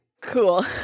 cool